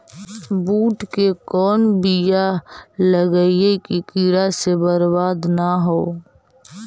बुंट के कौन बियाह लगइयै कि कीड़ा से बरबाद न हो?